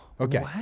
okay